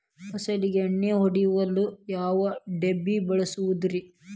ಫಸಲಿಗೆ ಎಣ್ಣೆ ಹೊಡೆಯಲು ಯಾವ ಡಬ್ಬಿ ಬಳಸುವುದರಿ?